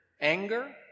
anger